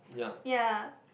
yea